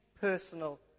personal